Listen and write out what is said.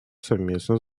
совместно